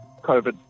COVID